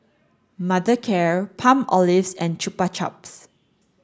Mothercare Palmolive and Chupa Chups